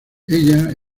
ella